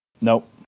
nope